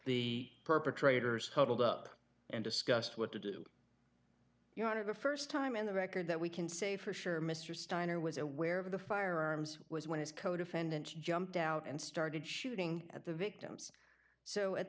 the perpetrators huddled up and discussed what to do you know one of the st time in the record that we can say for sure mr steiner was aware of the firearms was when his co defendants jumped out and started shooting at the victims so at